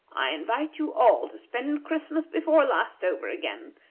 i invite you all to spend christmas before last over again,